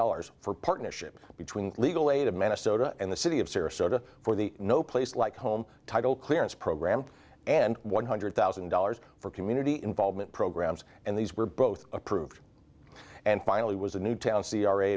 dollars for partnership between legal aid of minnesota and the city of serious order for the no place like home title clearance program and one hundred thousand dollars for community involvement programs and these were both approved and finally was a new town c r a